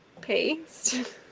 paste